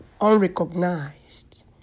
unrecognized